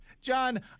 John